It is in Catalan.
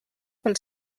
pel